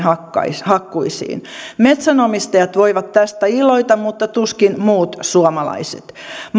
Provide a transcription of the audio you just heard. hakkuisiin metsänomistajat voivat tästä iloita mutta tuskin muut suomalaiset